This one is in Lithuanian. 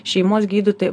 šeimos gydytoj